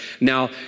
Now